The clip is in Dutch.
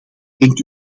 denkt